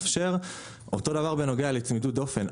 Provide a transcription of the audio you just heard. אותו הדבר בקשר לצמידות דופן.